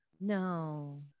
No